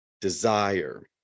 desire